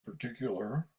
particular